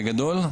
בגדול,